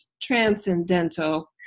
transcendental